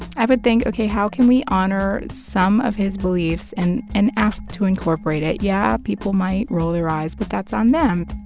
i would think, ok, how can we honor some of his beliefs and and ask to incorporate it? yeah, people might roll their eyes, but that's on them.